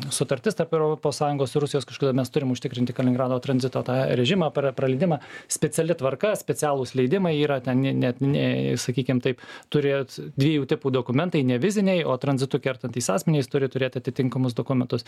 sutartis tarp europos sąjungos ir rusijos kažkada mes turim užtikrinti kaliningrado tranzito tą režimą per praleidimą speciali tvarka specialūs leidimai yra ten ne net ne sakykim taip turėt dviejų tipų dokumentai ne viziniai o tranzitu kertantys asmenys turi turėt atitinkamus dokumentus